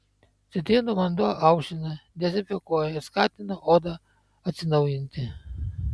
citrinų vanduo aušina dezinfekuoja ir skatina odą atsinaujinti